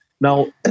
Now